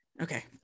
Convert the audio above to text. Okay